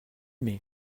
mai